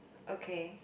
okay